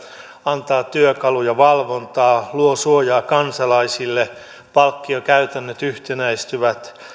antaa työkaluja valvontaan luo suojaa kansalaisille palkkiokäytännöt yhtenäistyvät